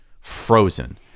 frozen